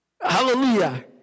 Hallelujah